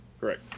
Correct